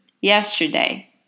yesterday